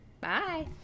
bye